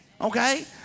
Okay